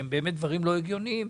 שהם באמת דברים לא הגיוניים,